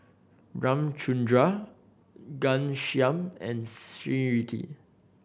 Ramchundra Ghanshyam and Smriti